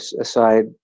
aside